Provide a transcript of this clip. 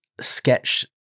sketch